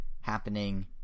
happening